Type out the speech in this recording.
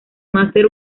máster